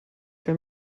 que